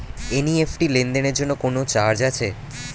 NEFT লেনদেনের জন্য কোন চার্জ আছে?